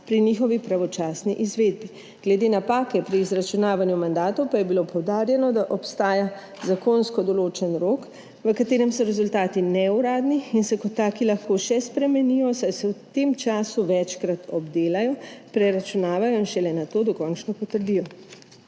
pri njihovi pravočasni izvedbi. Glede napake pri izračunavanju mandatov pa je bilo poudarjeno, da obstaja zakonsko določen rok, v katerem so rezultati neuradni in se kot taki lahko še spremenijo, saj se v tem času večkrat obdelajo, preračunavajo in šele nato dokončno potrdijo.